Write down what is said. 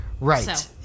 Right